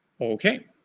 Okay